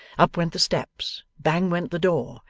up went the steps, bang went the door,